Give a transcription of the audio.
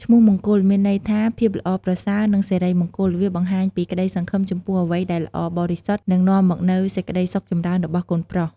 ឈ្មោះមង្គល មានន័យថា ភាពល្អប្រសើរនិងសិរីមង្គល វាបង្ហាញពីក្តីសង្ឃឹមចំពោះអ្វីដែលល្អបរិសុទ្ធ និងនាំមកនូវសេចក្តីសុខចម្រើនរបស់កូនប្រុស។